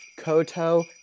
koto